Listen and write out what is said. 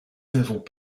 n’avons